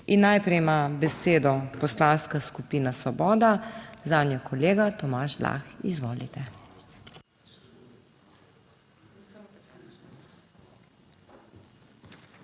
in najprej ima besedo Poslanska skupina Svoboda, zanjo kolega Tomaž Lah. Izvolite.